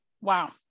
Wow